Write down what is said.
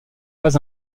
pas